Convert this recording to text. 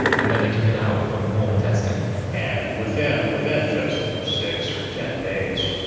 and then they took it out for more testing and within within just six or ten days,